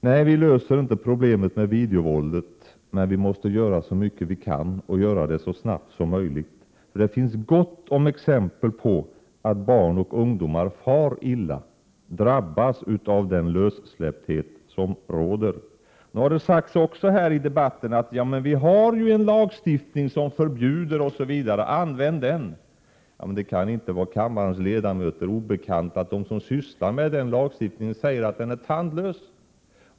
Nej, vi löser inte problemet med videovåldet, men vi måste göra så mycket vi kan och göra det så snart som möjligt. Det finns gott om exempel på att barn och ungdomar far illa, drabbas av den lössläpphet som råder. Det har också sagts i debatten att vi ju har en lagstiftning som förbjuder, använd den. Det kan inte vara kammarens ledamöter obekant att de som sysslar med sådan lagstiftning säger att den är tandlös.